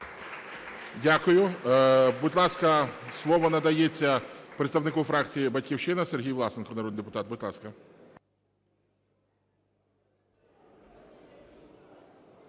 Дякую. Будь ласка, слово надається представнику фракції "Батьківщина", Сергій Власенко, народний депутат. Будь ласка.